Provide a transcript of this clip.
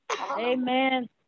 Amen